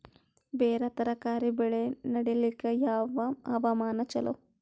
ಬೇರ ತರಕಾರಿ ಬೆಳೆ ನಡಿಲಿಕ ಯಾವ ಹವಾಮಾನ ಚಲೋ?